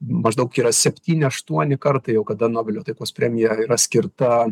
maždaug yra septyni aštuoni kartai jau kada nobelio taikos premjera yra skirta